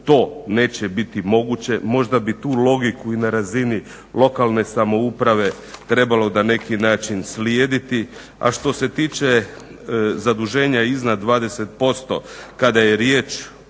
to neće biti moguće. Možda bi tu logiku i na razini lokalne samouprave trebalo na neki način slijediti. A što se tiče zaduženja iznad 20% kada je riječ